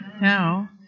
Now